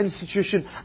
institution